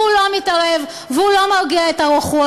והוא לא מתערב והוא לא מרגיע את הרוחות.